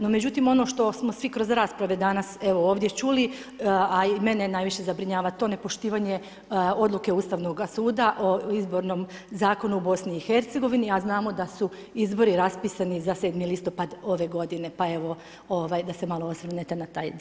No međutim ono što smo svi kroz rasprave danas evo ovdje čuli, a i mene najviše zabrinjava to nepoštivanje odluke Ustavnoga suda o izbornom zakonu u BiH, a znamo da su izbori raspisani za 7. listopad ove godine pa evo da se malo osvrnete na taj dio.